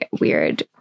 weird